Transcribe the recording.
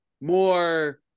more